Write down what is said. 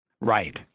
Right